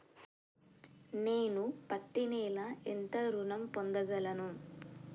నేను పత్తి నెల ఎంత ఋణం పొందగలను?